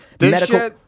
medical